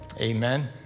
Amen